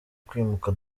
kwimuka